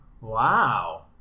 wow